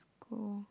school